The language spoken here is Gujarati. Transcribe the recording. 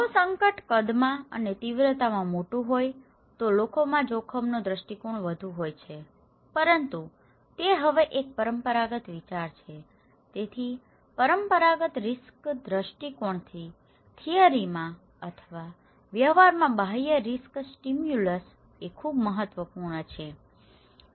જો સંકટ કદમાં અને તીવ્રતામાં મોટું હોય તો લોકોમાં જોખમનો દ્રષ્ટિકોણ વધુ હોય છે પરંતુ તે હવે એક પરંપરાગત વિચાર છે તેથી પરંપરાગત રિસ્ક દ્રષ્ટિકોણ થીયરીમાં અથવા વ્યવહારમાં બાહ્ય રિસ્ક સ્ટીમ્યુલસ એ ખૂબ જ મહત્વપૂર્ણ છે